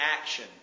action